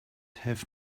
have